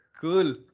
Cool